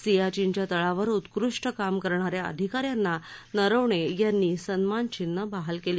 सीयाचीनच्या तळावर उत्कृष्ट काम करण्या या अधिका यांना नरवणे यांनी सन्मान चिन्हं बहाल केली